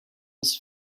was